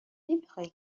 نمیخای